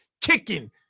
Kicking